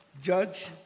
judge